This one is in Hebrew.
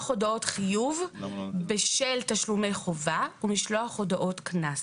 הודעות חיוב בשל תשלומי חובה ומשלוח הודעות קנס.